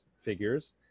figures